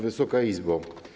Wysoka Izbo!